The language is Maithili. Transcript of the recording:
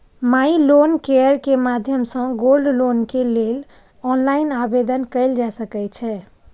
माइ लोन केयर के माध्यम सं गोल्ड लोन के लेल ऑनलाइन आवेदन कैल जा सकै छै